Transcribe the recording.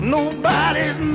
Nobody's